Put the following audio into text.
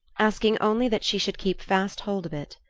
asking only that she should keep fast hold of it.